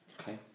okay